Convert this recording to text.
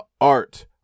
art